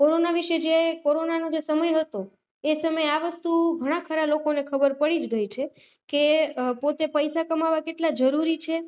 corona વિશે જે કોરોનાનો જે સમય હતો એ સમય આ વસ્તુ ઘણા ખરા લોકોને ખબર પડી જ ગઈ છે કે પોતે પૈસા કમાવા કેટલા જરૂરી છે